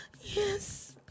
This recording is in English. Yes